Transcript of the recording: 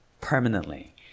permanently